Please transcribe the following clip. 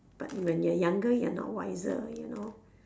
but when you are younger you are not wiser you know